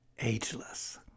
ageless